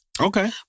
Okay